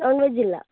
non veg ഇല്ല